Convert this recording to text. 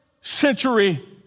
century